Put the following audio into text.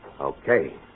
Okay